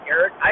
Eric